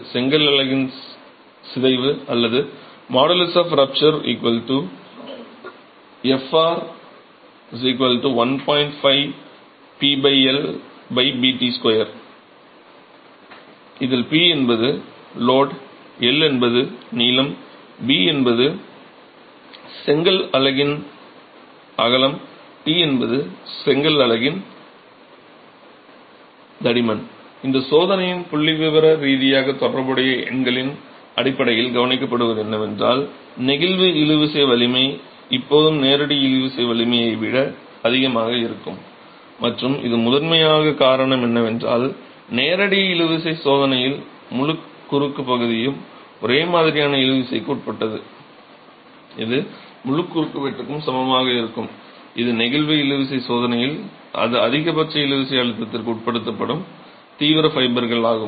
செங்கல் அலகின் சிதைவு அல்லது இந்த சோதனைகளின் புள்ளிவிவர ரீதியாக தொடர்புடைய எண்களின் அடிப்படையில் கவனிக்கப்படுவது என்னவென்றால் நெகிழ்வு இழுவிசை வலிமை எப்போதும் நேரடி இழுவிசை வலிமையை விட அதிகமாக இருக்கும் மற்றும் இது முதன்மையாகக் காரணம் என்னவென்றால் நேரடி இழுவிசை சோதனையில் முழு குறுக்கு பகுதியும் ஒரே மாதிரியான இழுவிசைக்கு உட்பட்டது இது முழு குறுக்குவெட்டுக்கும் சமமாக இருக்கும் ஒரு நெகிழ்வு இழுவிசை சோதனையில் அது அதிகபட்ச இழுவிசை அழுத்தத்திற்கு உட்படுத்தப்படும் தீவிர ஃபைபெர்கள் ஆகும்